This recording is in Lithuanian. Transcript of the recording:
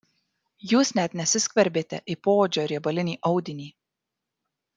jūs net nesiskverbėte į poodžio riebalinį audinį